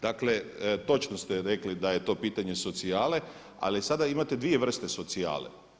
Dakle, točno ste rekli da je to pitanje socijale ali sada imate dvije vrste socijale.